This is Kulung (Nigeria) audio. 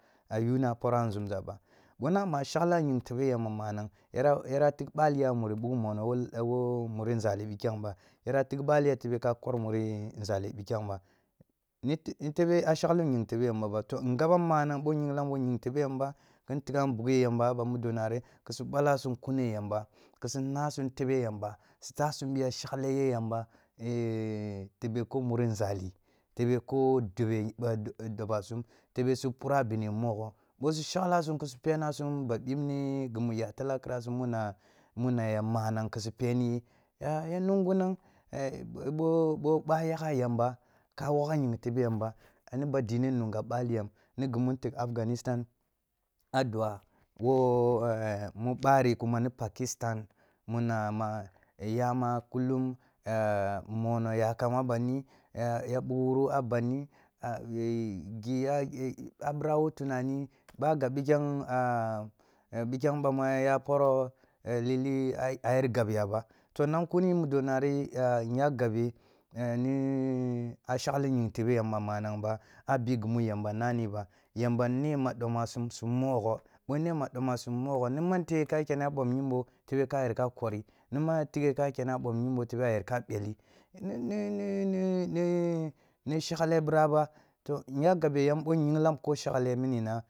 Ayuna poro a nzumza ba wo nama a shagla ying tebe yamba manang yara yana tigh baliya muri bugh moho wo, wo muri nzali bikyang ba, yana tigh baliya tebe ka kwar muri nzali bikyang ba, yan ni tebe a shegli ying tebe yamba ba to ngabam manang bo nyinglam wo ying teb yamba, kin tigham bughe yamba a ban mudo nari kisu balasum kune yamba, kisi naa sum tebe yamba etasum biya shagle ye yamba, e e tebe ku muri ngali, tabe ku debe, e idoba sum, tebe su pira bini mogho, bo si shaglasum ke si penasum ba bibne gimu ya talakiresum muna muna ya manang kisu pen iyi, a a ya mungunang kisu peni yi a ya mungunang e e bo boy a gha yamba ka wogha ying tebe yamba, nib a dine munga bali yam, ni gi mu ntig afghanistan a dua, wo a mu bari kuma ni pakistan muna ma yama kullum e e mono yakham a banmi e e ya bughwuru a banni a bira wo tunani, ba gub bikyang aa e bikyang bamu a aya poro e e lili e ayer gab y aba tnang kuni mudo nari aa nga gabee e ni a shagli ying tebe yamba manang ba a bi gimu yamba nani bay amba ne ma domasum mogho ni man to ka kyene mom yinbo tebe ka yer ka yer ka kwori, ni man ya highe ka kene bom yimbo tebe a yer ka kwori, ni man ya tighe ko kana bom yimbo tebe a yer ka beli, ni-ni-ni-ni ni shagle bira ba to nya gabe yam bo nyinglam ko shagle minina